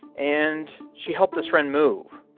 and she helped this friend move.